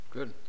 Good